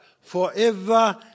forever